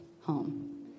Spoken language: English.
home